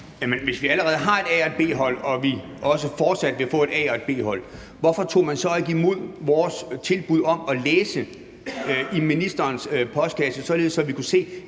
hvis vi allerede har et A- og et B-hold og vi også fortsat vil få et A- og et B-hold, hvorfor tog man så ikke imod vores tilbud om at læse i ministerens postkasse, således at vi kunne se,